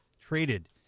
traded